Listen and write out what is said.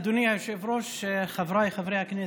אדוני היושב-ראש, חבריי חברי הכנסת,